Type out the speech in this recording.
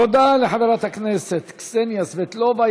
תודה לחברת הכנסת קסניה סבטלובה.